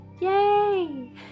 Yay